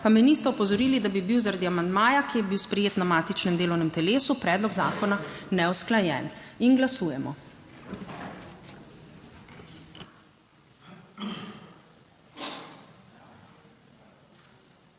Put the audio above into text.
me nista opozorili, da bi bil zaradi amandmaja, ki je bil sprejet na matičnem delovnem telesu, predlog zakona neusklajen. Glasujemo.